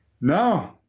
No